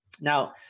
Now